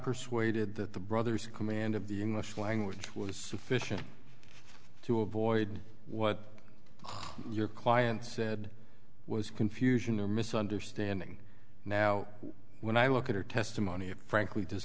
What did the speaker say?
persuaded that the brother's command of the english language was sufficient to avoid what your client said was confusion or misunderstanding now when i look at her testimony it frankly does